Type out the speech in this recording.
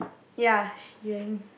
ya she wearing